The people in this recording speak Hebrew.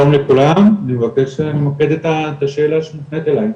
שלום לכולם, מבקש למקד את השאלה שמופנית אלי.